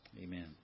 Amen